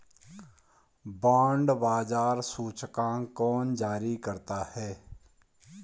Bond बाजार सूचकांक कौन जारी करता है?